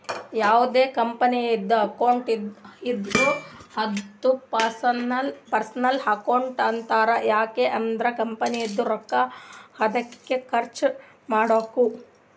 ಯಾವ್ದೇ ಕಂಪನಿದು ಅಕೌಂಟ್ ಇದ್ದೂರ ಅದೂ ಪರ್ಸನಲ್ ಅಕೌಂಟ್ ಆತುದ್ ಯಾಕ್ ಅಂದುರ್ ಕಂಪನಿದು ರೊಕ್ಕಾ ಅದ್ಕೆ ಖರ್ಚ ಮಾಡ್ಬೇಕು